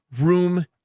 room